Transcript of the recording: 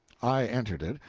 i entered it,